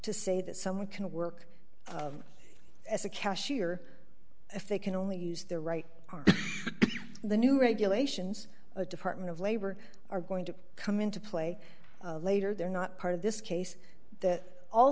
to say that someone can work as a cashier if they can only use their right arm the new regulations a department of labor are going to come into play later they're not part of this case the all